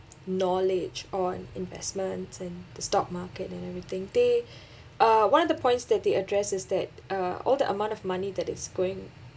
knowledge on investment and the stock market and everything they uh one of the points that they address is that uh all the amount of money that is going